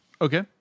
Okay